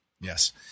Yes